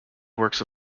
works